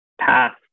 path